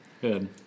Good